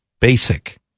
basic